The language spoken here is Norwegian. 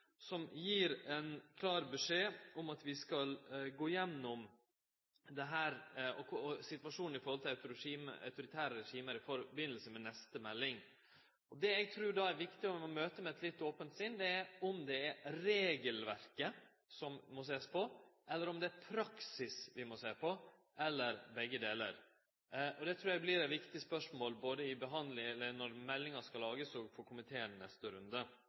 med neste melding. Det eg trur er viktig å møte med eit litt ope sinn, er om det er regelverket ein må sjå på, eller om det er praksis vi må sjå på, eller begge delar. Det trur eg vert eit viktig spørsmål både når meldinga skal lagast, og for komiteen i neste runde.